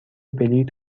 بلیط